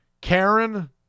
Karen